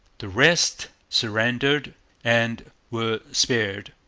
the rest surrendered and were spared.